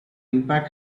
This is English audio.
impact